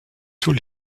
tous